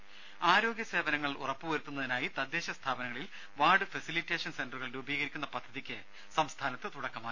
രുമ ആരോഗ്യ സേവനങ്ങൾ ഉറപ്പു വരുത്തുന്നതിനായി തദ്ദേശ സ്ഥാപനങ്ങളിൽ വാർഡ് ഫെസിലിറ്റേഷൻ സെന്ററുകൾ രൂപീകരിക്കുന്ന പദ്ധതിക്ക് സംസ്ഥാനത്ത് തുടക്കമായി